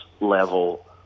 level